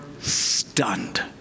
stunned